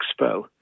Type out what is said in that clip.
Expo